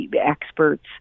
experts